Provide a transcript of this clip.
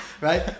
Right